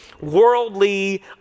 worldly